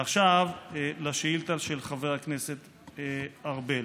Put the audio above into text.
ועכשיו לשאילתה של חבר הכנסת ארבל.